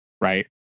right